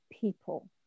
people